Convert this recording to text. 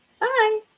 Bye